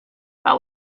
but